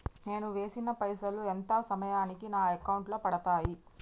నేను వేసిన పైసలు ఎంత సమయానికి నా అకౌంట్ లో పడతాయి?